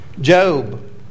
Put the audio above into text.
Job